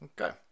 Okay